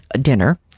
dinner